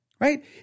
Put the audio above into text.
right